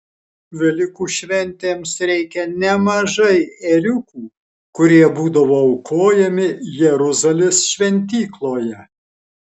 velykų šventėms reikia nemažai ėriukų kurie būdavo aukojami jeruzalės šventykloje